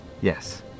Yes